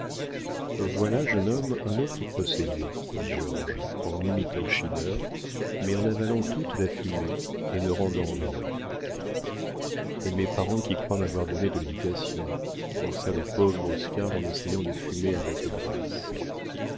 voilà jeune homme un autre procédé dit georges en imitant schinner mais en avalant toute la fumée et ne rendant rien et mes parents qui croient m'avoir donné de l'éducation pensa le pauvre oscar en essayant de fumer avec grâce